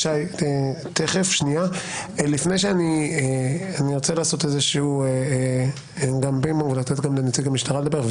אני רוצה לתת גם לנציג המשטרה לדבר.